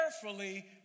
carefully